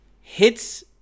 hits